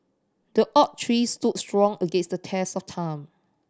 the oak tree stood strong against the test of time